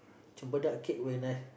cempedak cake very nice